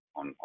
on